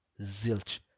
Zilch